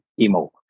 EMO